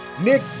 Nick